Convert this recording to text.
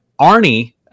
Arnie